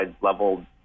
level